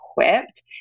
equipped